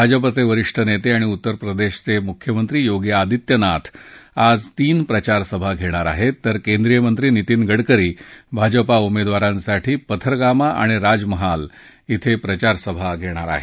भाजपाचविरिष्ठ नक्त आणि उत्तर प्रदक्षिमुख्यमंत्री योगी आदित्यनाथ आज तीन प्रचारसभा घणिर आहत्ततर केंद्रीय मंत्री नितीन गडकरी भाजपा उमद्ववारांसाठी पथरगामा आणि राजमहाल इथं प्रचारसभा घरीील